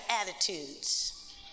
attitudes